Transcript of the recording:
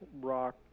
rock